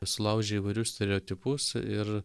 sulaužė įvairius stereotipus ir